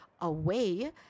away